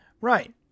right